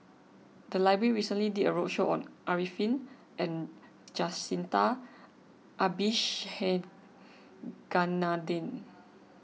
the library recently did a roadshow on Arifin and Jacintha Abisheganaden